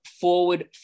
forward